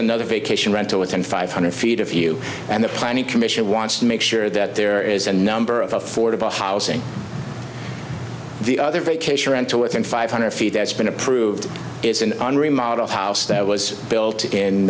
another vacation rental it's in five hundred feet of you and the planning commission wants to make sure that there is a number of affordable housing the other vacation rental within five hundred feet that's been approved it's in an remodeled house that was built in